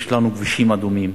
יש לנו כבישים אדומים,